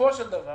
שבסופו של דבר